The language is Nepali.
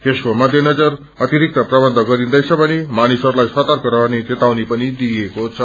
यसको मध्यनजर अतिरिक्त प्रवन्य गरिन्दैछ भने मानिसहस्ताई सतर्क रहने येतावनी दिइएको छ